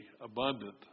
abundant